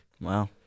Wow